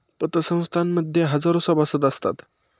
पतसंस्थां मध्ये हजारो सभासद असतात